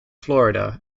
florida